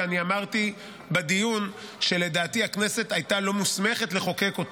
אני אמרתי בדיון שלדעתי הכנסת הייתה לא מוסמכת לחוקק אותו,